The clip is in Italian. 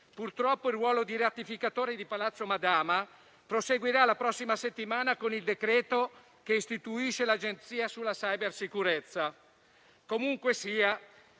Purtroppo il ruolo di ratificatori di Palazzo Madama proseguirà la prossima settimana con il decreto che istituisce l'Agenzia sulla cybersicurezza. Comunque sia,